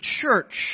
church